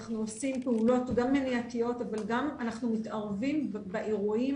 אנחנו עושים פעולות גם מניעתיות אבל גם אנחנו מתערבים באירועים